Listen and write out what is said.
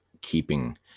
keeping